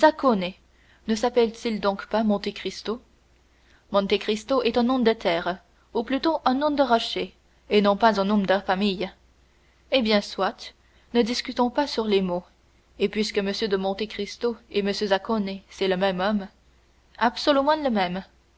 ne s'appelle-t-il donc pas monte cristo monte cristo est un nom de terre ou plutôt un nom de rocher et non pas un nom de famille eh bien soit ne discutons pas sur les mots et puisque m de monte cristo et m zaccone c'est le même homme